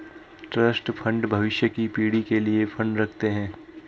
trust fund भविष्य की पीढ़ी के लिए फंड रखते हैं